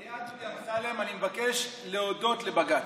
ליד דודי אמסלם, אני מבקש להודות לבג"ץ.